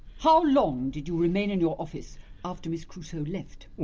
how long did you remain in your office after miss crusoe left?